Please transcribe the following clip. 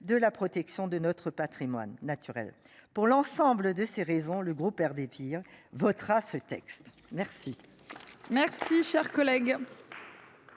de la protection de notre Patrimoine naturel pour l'ensemble de ces raisons le groupe Air des pires votera ce texte. Merci.